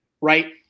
right